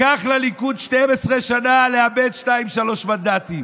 לקח לליכוד 12 שנה לאבד שניים-שלושה מנדטים,